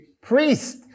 priest